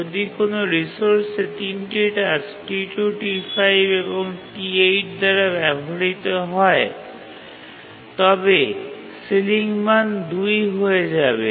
যদি কোনও রিসোর্সে ৩ টি টাস্ক T2 T5 এবং T8 দ্বারা ব্যবহৃত হয় তবে সিলিং মান ২ হয়ে যাবে